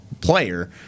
player